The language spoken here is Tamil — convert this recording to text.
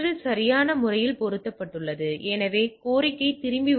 இந்த பொது ஐபி விஷயங்களைப் பார்க்கும்போது அது இங்கே குறிப்பிட்ட ஐபிக்கு 10